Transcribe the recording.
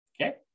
okay